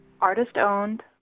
artist-owned